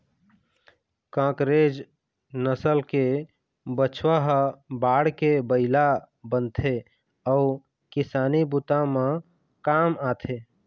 कांकरेज नसल के बछवा ह बाढ़के बइला बनथे अउ किसानी बूता म काम आथे